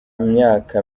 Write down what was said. myaka